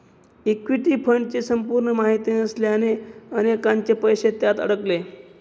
equity फंडची संपूर्ण माहिती नसल्याने अनेकांचे पैसे त्यात अडकले